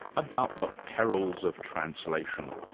about the perils of translation.